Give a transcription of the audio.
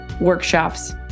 workshops